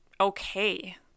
okay